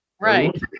Right